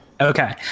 Okay